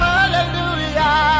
Hallelujah